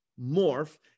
morph